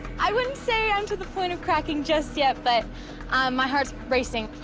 i wouldn't say i'm to the point of cracking just yet but um my heart's racing. oh,